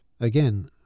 again